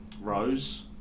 Rose